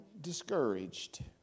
discouraged